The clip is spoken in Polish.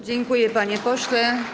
Dziękuję, panie pośle.